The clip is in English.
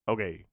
Okay